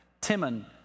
Timon